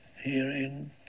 herein